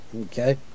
okay